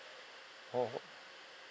oh